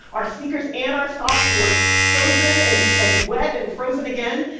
our sneakers and our socks were frozen and and wet and frozen again.